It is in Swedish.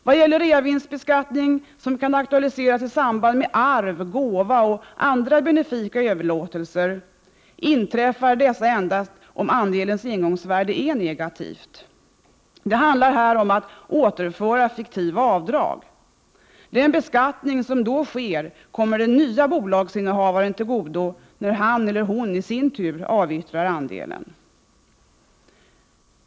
Vad gäller reavinstbeskattning som kan aktualiseras i samband med arv, gåva och andra benefika överlåtelser inträffar dessa endast om andelens ingångsvärde är negativt. Det handlar här om att överföra fiktiva avdrag. Den beskattning som då sker kommer den nya bolagsinnehavaren till godo när han i sin tur avyttrar andelen.